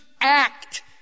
act